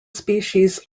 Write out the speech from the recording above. species